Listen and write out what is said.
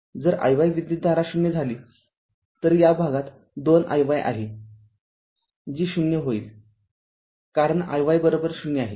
जर iy विद्युतधारा ० झालीतर या भागात २iy आहे जी ० होईल कारण iy ० आहे